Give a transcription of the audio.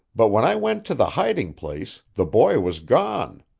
but when i went to the hiding-place the boy was gone.